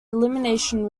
elimination